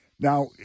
Now